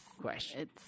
question